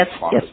Yes